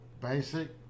Basic